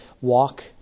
walk